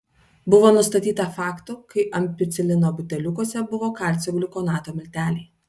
buvo nustatyta faktų kai ampicilino buteliukuose buvo kalcio gliukonato milteliai